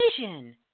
vision